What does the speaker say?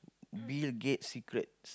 Bill-Gates secret